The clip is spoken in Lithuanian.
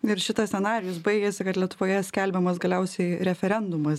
ir šitas scenarijus baigiasi kad lietuvoje skelbiamas galiausiai referendumas